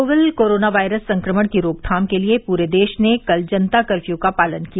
novel corona virus संक्रमण की रोकथाम के लिए प्रे देश ने कल जनता कर्फयू का पालन किया